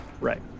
Right